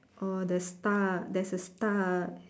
orh the star there's a star